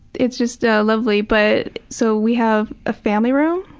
it's just ah lovely. but so we have a family room,